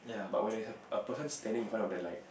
but when a person standing in front of the light